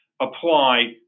apply